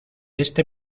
este